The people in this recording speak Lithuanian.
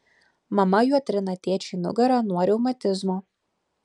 mama juo trina tėčiui nugarą nuo reumatizmo